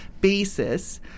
basis